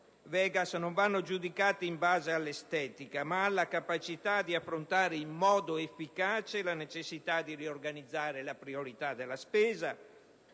Vegas, non vanno giudicate in base all'estetica, ma in base alla capacità di approntare in modo efficace la necessità di riorganizzare la priorità della spesa,